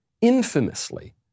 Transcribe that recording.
infamously